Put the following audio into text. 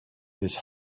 his